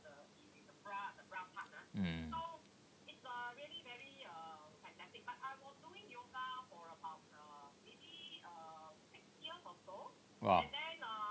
mm !wah!